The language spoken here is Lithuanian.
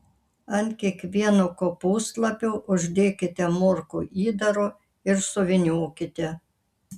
ant kiekvieno kopūstlapio uždėkite morkų įdaro ir suvyniokite